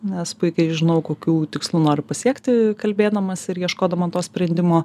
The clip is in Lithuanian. nes puikiai žinau kokių tikslų noriu pasiekti kalbėdamasi ir ieškodama to sprendimo